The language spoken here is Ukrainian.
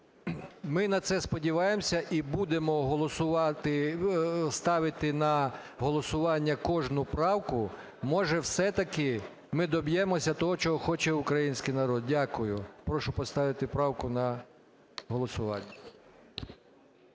Ми на це сподіваємось і будемо голосувати… ставити на голосування кожну правку. Може, все-таки ми доб'ємось того, чого хоче український народ. Дякую. Прошу поставити правку на голосування.